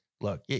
look